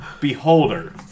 Beholder